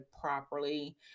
properly